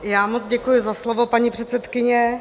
Já moc děkuji za slovo, paní předsedkyně.